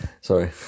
Sorry